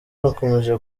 bakomeje